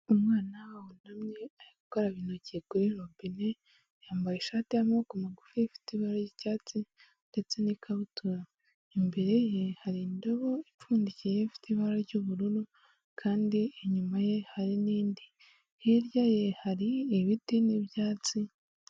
Umwana wunamye ari gukaraba intoki kuri robine, yambaye ishati y'amaboko magufi ifite ibara ry'icyatsi ndetse n'ikabutura. Imbere ye hari indobo ipfundikiye Ifite ibara ry'ubururu kandi inyuma ye hari n'indi, hirya ye hari ibiti n'ibyatsi